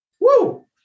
woo